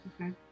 Okay